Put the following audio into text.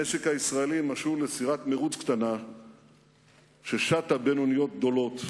המשק הישראלי משול לסירת מירוץ קטנה ששטה בין אוניות גדולות.